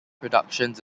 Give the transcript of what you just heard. productions